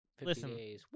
Listen